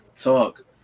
talk